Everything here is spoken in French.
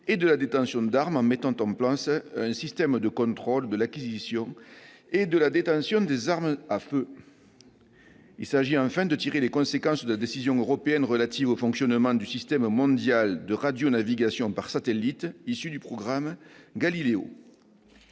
et de la détention d'armes en mettant en place un système de contrôle de l'acquisition et de la détention des armes à feu. Il s'agit enfin de tirer les conséquences de la décision européenne relative au fonctionnement du système mondial de radionavigation par satellite issu du programme Galileo.